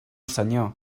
senyor